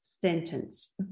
sentence